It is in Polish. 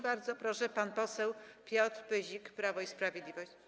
Bardzo proszę, pan poseł Piotr Pyzik, Prawo i Sprawiedliwość.